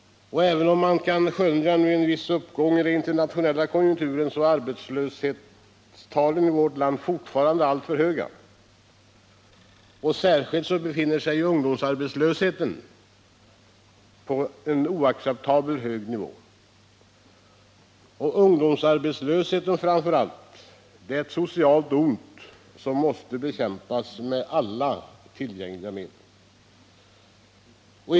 Även om man kan skönja en viss uppgång i den internationella konjunkturen, så är arbetslöshetstalen i vårt land fortfarande alltför höga, och särskilt befinner sig ungdomsarbetslösheten på en oacceptabelt hög nivå. Framför allt ungdomsarbetslösheten är ett socialt ont som måste bekämpas med alla tillgängliga medel.